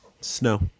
Snow